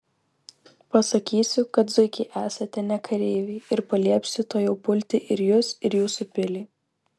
pasakysiu kad zuikiai esate ne kareiviai ir paliepsiu tuojau pulti ir jus ir jūsų pilį